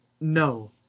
No